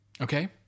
Okay